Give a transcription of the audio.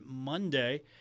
Monday